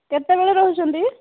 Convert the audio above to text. କେତେବେଳେ ରହୁଛନ୍ତି